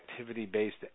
Activity-Based